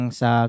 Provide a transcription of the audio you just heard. sa